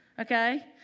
okay